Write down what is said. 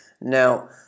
Now